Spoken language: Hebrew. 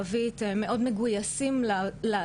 כי יש איזה שהוא חשש מפגיעה בקורבן,